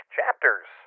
Chapters